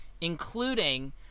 including